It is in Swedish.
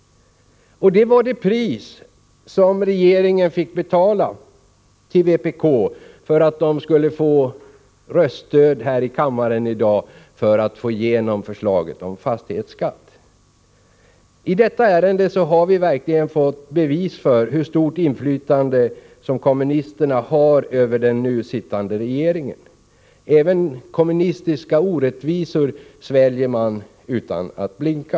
Det var det pris som regeringen fick betala till vpk för att få röststöd här i kammaren i dag för förslaget om fastighetsskatt. I detta ärende har vi verkligen fått bevis för hur stort inflytande som kommunisterna har över den nu sittande regeringen. Även kommunistiska orättvisor sväljer man utan att blinka.